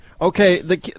Okay